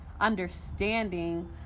understanding